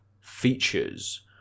features